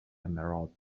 emerald